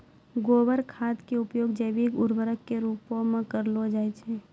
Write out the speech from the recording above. गोबर खाद के उपयोग जैविक उर्वरक के रुपो मे करलो जाय छै